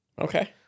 Okay